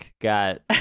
got